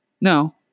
No